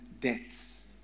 deaths